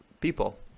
people